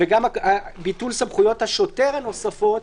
וגם ביטול סמכויות השוטר הנוספות,